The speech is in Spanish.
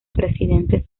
presidentes